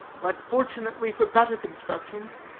but fortunately for better constructions,